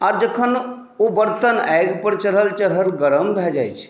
आओर जखन ओ बर्तन आगिपर चढ़ल चढ़ल गरम भऽ जाइ छै